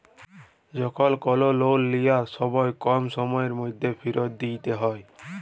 যখল কল লল লিয়ার সময় কম সময়ের ম্যধে ফিরত দিইতে হ্যয়